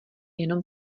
jenom